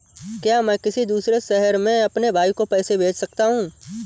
क्या मैं किसी दूसरे शहर में अपने भाई को पैसे भेज सकता हूँ?